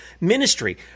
ministry